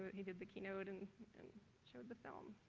he did the keynote and showed the film.